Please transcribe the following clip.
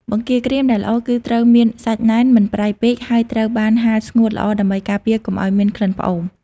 បង្គាក្រៀមដែលល្អគឺត្រូវមានសាច់ណែន មិនប្រៃពេក ហើយត្រូវបានហាលស្ងួតល្អដើម្បីការពារកុំឱ្យមានក្លិនផ្អូម។